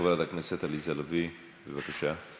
חברת הכנסת עליזה לביא, בבקשה.